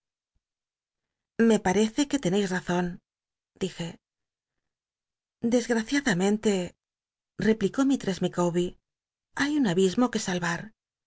le parece que teneis razon dije desgraciadamente replicó mistress micawber hay un abismo que salrar